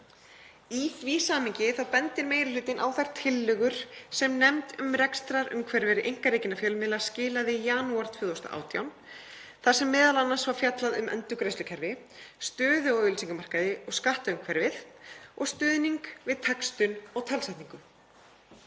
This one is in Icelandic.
Í því samhengi bendir meiri hlutinn á þær tillögur sem nefnd um rekstrarumhverfi einkarekinna fjölmiðla skilaði í janúar 2018, þar sem er m.a. fjallað um endurgreiðslukerfi, stöðu á auglýsingamarkaði og skattumhverfið og stuðning við textun og talsetningu.